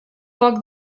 poc